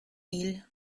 île